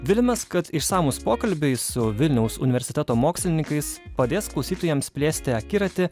viliamės kad išsamūs pokalbiai su vilniaus universiteto mokslininkais padės klausytojams plėsti akiratį